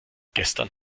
gestern